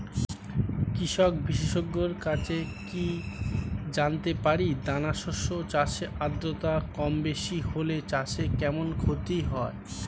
কৃষক বিশেষজ্ঞের কাছে কি জানতে পারি দানা শস্য চাষে আদ্রতা কমবেশি হলে চাষে কেমন ক্ষতি হয়?